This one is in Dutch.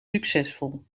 succesvol